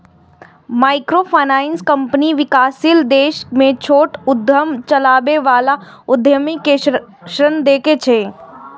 microfinance company विकासशील देश मे छोट उद्यम चलबै बला उद्यमी कें ऋण दै छै